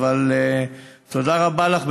אבל תודה רבה לך,